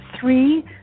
three